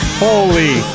holy